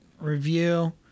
review